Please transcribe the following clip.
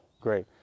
great